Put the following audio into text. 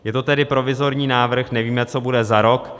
Je to tedy provizorní návrh, nevíme, co bude za rok.